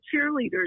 cheerleaders